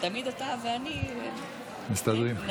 תמיד אתה ואני, מסתדרים.